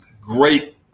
great